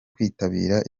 kwitabira